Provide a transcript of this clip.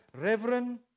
Reverend